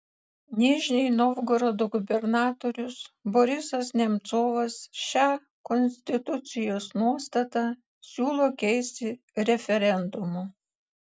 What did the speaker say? nižnij novgorodo gubernatorius borisas nemcovas šią konstitucijos nuostatą siūlo keisti referendumu